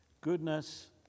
Goodness